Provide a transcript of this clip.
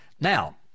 Now